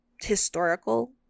historical